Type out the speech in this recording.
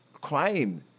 crime